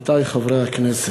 עמיתי חברי הכנסת,